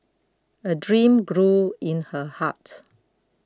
a dream grew in her heart